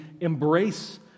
embrace